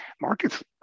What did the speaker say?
markets